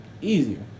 easier